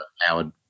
Howard